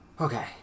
Okay